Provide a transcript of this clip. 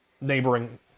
neighboring